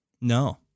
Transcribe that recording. No